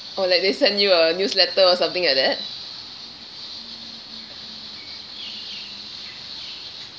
oh like they send you a newsletter or something like that